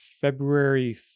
February